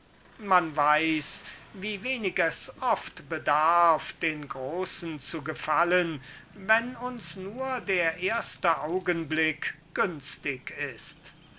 man weiß wie wenig es oft bedarf den großen der welt zu gefallen wenn uns nur der erste augenblick günstig ist